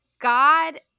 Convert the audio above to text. God